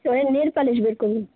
এবারে nail polish বের করুন